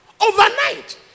Overnight